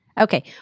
Okay